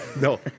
no